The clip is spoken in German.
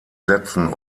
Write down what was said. sätzen